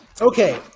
okay